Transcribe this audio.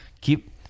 Keep